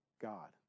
God